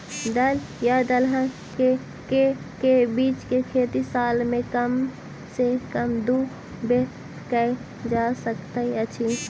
दल या दलहन केँ के बीज केँ खेती साल मे कम सँ कम दु बेर कैल जाय सकैत अछि?